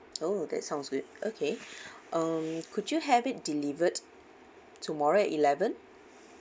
oh that sounds good okay um could you have it delivered tomorrow at eleven